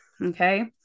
Okay